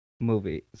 Movies